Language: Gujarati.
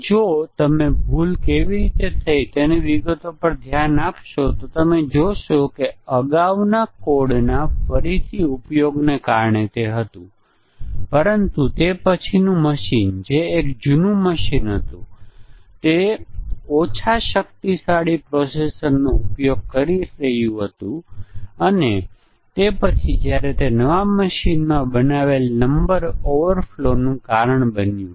મૂળભૂત રીતે પ્રારંભિક ટેસ્ટીંગ કેસો જે આપણે ડિઝાઇન કર્યા હતા આપણે વિવિધ કેટેગરીના દોષો માટે પ્રારંભિક ટેસ્ટીંગ ના કેસો સારા છે કે કેમ તે ચકાસીને તેમને મજબૂત કરીએ છીએ અને મ્યુટેશન ટેસ્ટીંગ માત્ર આપણને ટેસ્ટીંગ કેસોને મજબૂત કરવામાં અને પ્રોગ્રામ ની ઉંચી વિશ્વસનીયતા સુનિશ્ચિત કરવામાં મદદ કરે છે